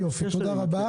תודה רבה.